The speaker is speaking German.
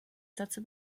dazu